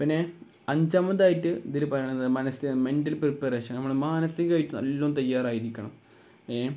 പിന്നെ അഞ്ചാമതായിട്ട് ഇതില് പറയുന്നത് മെൻറൽ പ്രിപ്പറേഷൻ നമ്മള് മാനസികമായിട്ട് നല്ലവണ്ണം തയ്യാറായിരിക്കണം